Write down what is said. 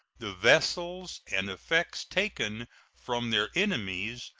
the vessels and effects taken from their enemies,